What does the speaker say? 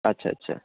আচ্ছা আচ্ছা